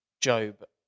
Job